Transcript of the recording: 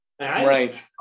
Right